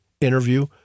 interview